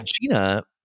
Gina